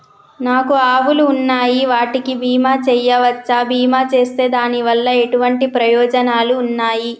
నాకు ఆవులు ఉన్నాయి వాటికి బీమా చెయ్యవచ్చా? బీమా చేస్తే దాని వల్ల ఎటువంటి ప్రయోజనాలు ఉన్నాయి?